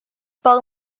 pel